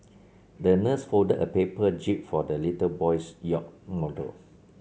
the nurse folded a paper jib for the little boy's yacht model